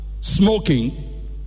smoking